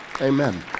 Amen